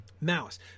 Malice